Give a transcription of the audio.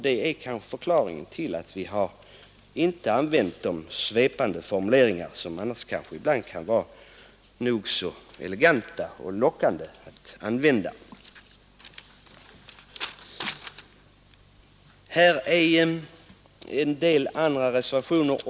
Detta är kanske förklaringen till att vi inte använt de svepande formuleringar, som tycks te sig nog så lockande och eleganta för reservanterna. Här föreligger även en del andra reservationer.